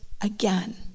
again